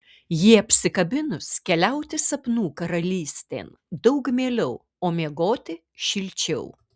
jį apsikabinus keliauti sapnų karalystėn daug mieliau o miegoti šilčiau